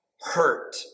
hurt